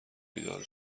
بیدار